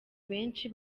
benshi